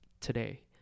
today